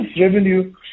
revenue